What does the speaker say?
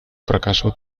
fracaso